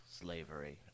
slavery